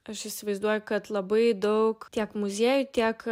aš įsivaizduoju kad labai daug tiek muziejų tiek